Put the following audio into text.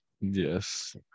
yes